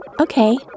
Okay